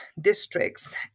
districts